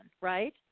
right